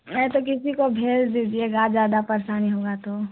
नहीं तो किसी को भेज दीजिएगा ज्यादा परेशानी होगा तो